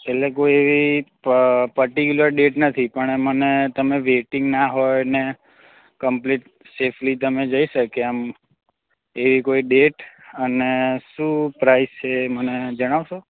એટલે કોઈ પ પર્ટીકયુલર ડેટ નથી પણ મને તમે વેઈટિંગ ના હોય ને કમ્પલેટ સેફલી તમે જઈ શકીએ આમ એવી કોઈ ડેટ અને શું પ્રાઇસ છે મને જણાવશો